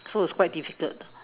so it's quite difficult